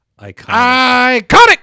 Iconic